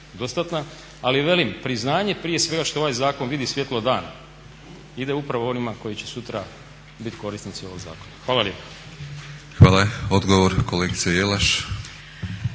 dostatna. Ali velim, priznanje prije svega što ovaj zakon vidi svjetlo dana ide upravo onima koji će sutra biti korisnici ovog zakona. Hvala lijepa. **Batinić, Milorad